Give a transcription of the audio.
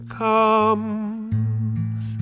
comes